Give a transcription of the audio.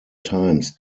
times